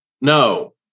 No